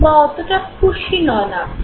বা অতটা খুশি নন আপনি